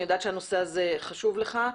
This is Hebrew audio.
אני יודעת שהנושא חשוב לך.